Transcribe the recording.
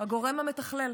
הגורם המתכלל,